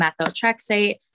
methotrexate